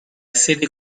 serie